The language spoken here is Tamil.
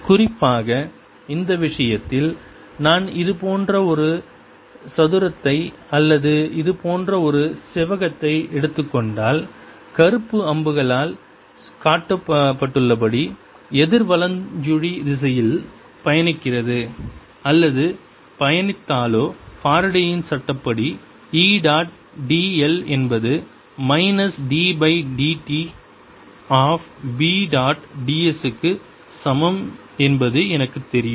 குறிப்பாக இந்த விஷயத்தில் நான் இது போன்ற ஒரு சதுரத்தை அல்லது இது போன்ற ஒரு செவ்வகத்தை எடுத்துக் கொண்டால் கருப்பு அம்புகளால் காட்டப்பட்டுள்ளபடி எதிர் வலஞ்சுழி திசையில் பயணிக்கிறது அல்லது பயணித்தாலோ ஃபாரடேயின் சட்டப்படி E டாட் dl என்பது minus d by dt of B dot ds க்கு சமம் என்பது எனக்குத் தெரியும்